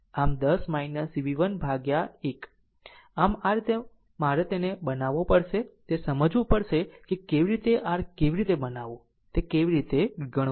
આમ10 v1 ભાગ્યા 1 આમ આ રીતે તેને બનાવવો પડશે તે સમજવું પડશે કે કેવી રીતે r કેવી રીતે બનાવવું તે કેવી રીતે ગણવું